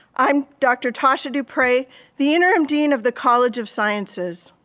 i'm dr. tosha dupras, the interim dean of the college of sciences.